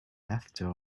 after